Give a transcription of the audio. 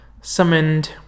summoned